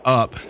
up